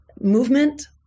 movement